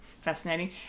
fascinating